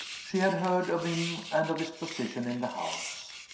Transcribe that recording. she had heard of him, and of his position in the house.